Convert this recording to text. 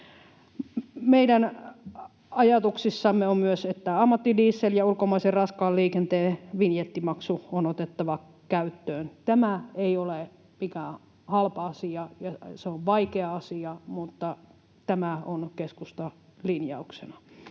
Meidän ajatuksissamme on myös, että ammattidiesel ja ulkomaisen raskaan liikenteen vinjettimaksu on otettava käyttöön. Tämä ei ole mikään halpa asia ja se on vaikea asia, mutta tämä on keskustan linjauksena.